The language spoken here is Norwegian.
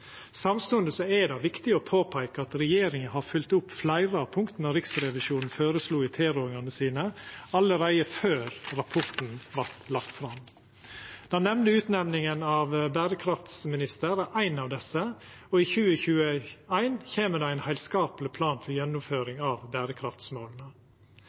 Samstundes er det viktig å påpeika at regjeringa har følgt opp fleire av punkta Riksrevisjonen føreslo i tilrådingane sine, allereie før rapporten vart lagd fram. Den nemnde utnemninga av berekraftsminister er éi av desse, og i 2021 kjem det ein heilskapleg plan for